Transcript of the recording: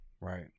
right